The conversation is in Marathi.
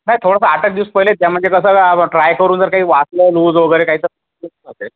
नाही थोडंसं आठ एक दिवस पहिलेच द्या म्हणजे कसं ट्राय करून जर काही वाटलं लूज वगैरे काय तर ते करता येईल